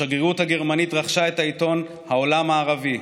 השגרירות הגרמנית רכשה את העיתון "העולם הערבי",